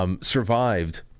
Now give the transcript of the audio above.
Survived